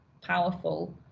powerful